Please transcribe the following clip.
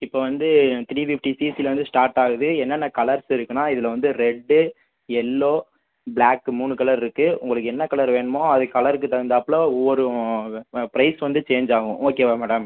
இப்போ வந்து three fifty சிசில வந்து ஸ்டாட் ஆகுது என்னென்ன கலர்ஸ் இருக்குதுன்னா இதில் வந்து ரெட்டு எல்லோ ப்ளாக்கு மூணு கலர் இருக்குது உங்களுக்கு என்ன கலர் வேணுமோ அது கலருக்கு தகுந்தாப்போல ஒவ்வொரு ப்ரைஸ் வந்து சேஞ்ச் ஆகும் ஓகேவா மேடம்